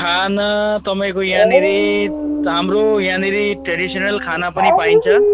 खाना तपाईँको यहाँनेरि हाम्रो यहाँनेरि ट्रे़ेडिसनल खाना पनि पाइन्छ